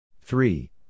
Three